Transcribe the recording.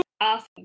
Awesome